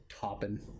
Topping